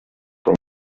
from